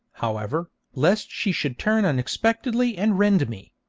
however, lest she should turn unexpectedly and rend me.